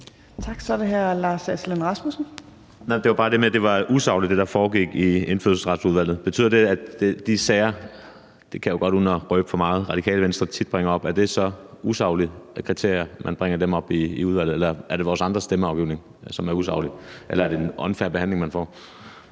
Rasmussen. Kl. 15:16 Lars Aslan Rasmussen (S): Det var bare til det med, at det, der foregik i Indfødsretsudvalget, var usagligt. Betyder det i forhold til de sager – det kan jeg jo godt sige uden at røbe for meget – Radikale Venstre tit bringer op, at det så er usaglige kriterier, når man bringer dem op i udvalget, eller er det vi andres stemmeafgivning, som er usaglig? Eller er det en unfair behandling, man får?